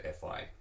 .fi